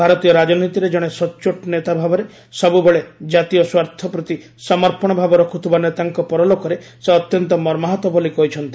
ଭାରତୀୟ ରାଜନୀତିରେ ଜଣେ ସଚ୍ଚୋଟ ନେତା ଭାବରେ ସବୁବେଳେ ଜାତୀୟ ସ୍ୱାର୍ଥ ପ୍ରତି ସମର୍ପଶ ଭାବ ରଖୁଥିବା ନେତାଙ୍କ ପରଲୋକରେ ସେ ଅତ୍ୟନ୍ତ ମର୍ମାହତ ବୋଲି କହିଛନ୍ତି